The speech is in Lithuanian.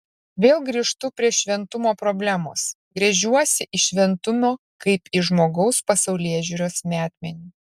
vėl grįžtu prie šventumo problemos gręžiuosi į šventumą kaip į žmogaus pasaulėžiūros metmenį